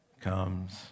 Comes